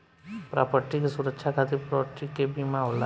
property के सुरक्षा खातिर प्रॉपर्टी के बीमा होला